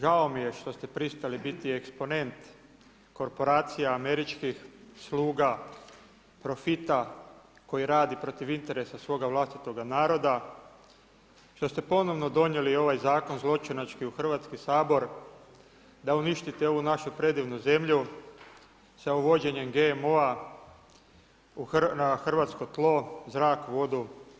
Žao mi je što ste pristali biti eksponent korporacija američkih sluga, profita, koji radi protiv interesa svoga vlastitoga naroda, što ste ponovno donijeli ovaj zakon, zločinački u Hrvatski sabor, da uništite ovu našu predivnu zemlju, sa uvođenjem GMO-a na hrvatsko tlo, zrak vodu.